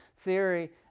theory